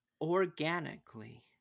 organically